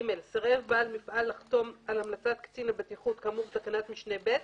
(ג) סירב בעל מפעל לחתום על המלצת קצין הבטיחות כאמור בתקנת משנה (ב),